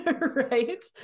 right